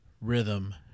rhythm